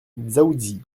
dzaoudzi